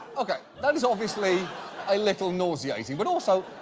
okay, that was obviously a little nauseating, but also,